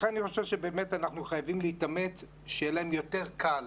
לכן אני חושב שאנחנו חייבים להתאמץ כך שיהיה להם יותר קל